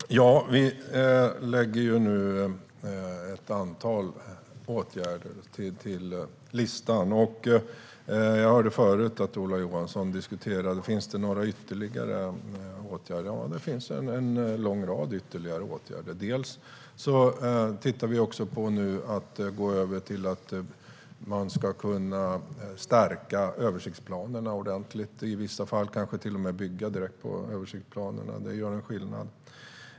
Herr talman! Vi lägger nu ett antal åtgärder till listan. Ola Johansson diskuterade förut om det finns ytterligare åtgärder. Ja, det finns en lång rad ytterligare åtgärder. Vi tittar bland annat på att man ska kunna stärka översiktsplanerna ordentligt, i vissa fall kanske till och med bygga direkt på översiktsplanerna. Det gör skillnad.